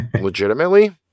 legitimately